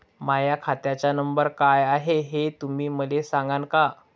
माह्या खात्याचा नंबर काय हाय हे तुम्ही मले सागांन का?